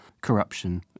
corruption